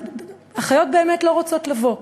ואחיות באמת לא רוצות לבוא.